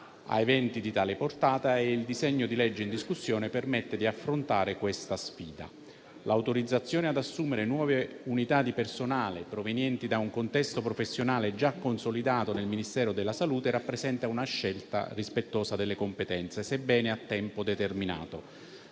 a eventi di tale portata e il disegno di legge in discussione permette di affrontare questa sfida. L'autorizzazione ad assumere nuove unità di personale provenienti da un contesto professionale già consolidato nel Ministero della salute rappresenta una scelta rispettosa delle competenze, sebbene a tempo determinato.